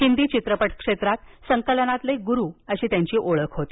हिंदी चित्रपट क्षेत्रात संकलनातील गुरु अशी त्यांची ओळख होती